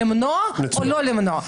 למנוע או לא למנוע?